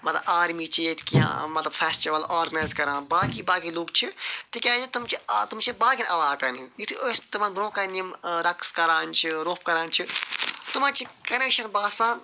مطلب آرمی چھِ ییٚتہِ کیٚنٛہہ ٲں مطلب فیٚسٹٕول آرگنایذ کران باقٕے باقٕے لوٗکھ چھِ تِکیٛازِ تِم چھِ ٲں تِم چھِ باقین علاقن ہنٛدۍ یُتھے أسۍ تٕمن برٛونٛہہ کٔنۍ یِم ٲں رقٕص کران چھِ روٚف کَران چھِ تِمن چھُ کۄنیٚکشن باسان